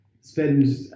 spend